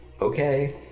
Okay